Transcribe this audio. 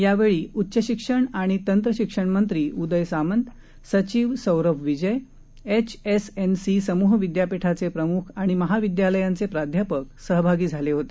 यावेळी उच्च आणि तंत्र शिक्षण मंत्री उदय सामंत सचिव सौरभ विजय एचएसएनसी समूह विद्यापीठाचे प्रमुख आणि महाविद्यालयांचे प्राध्यापक सहभागी झाले होते